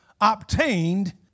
obtained